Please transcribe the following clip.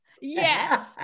yes